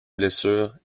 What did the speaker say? blessure